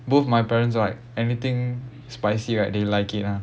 both my parents right anything spicy right they like it ah